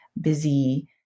busy